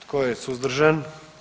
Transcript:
Tko je suzdržan?